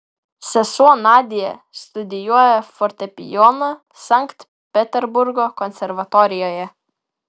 sesuo nadia studijuoja fortepijoną sankt peterburgo konservatorijoje